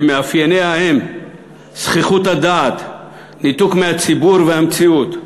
שמאפייניה הם זחיחות הדעת וניתוק מהציבור ומהמציאות.